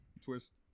twist